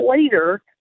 later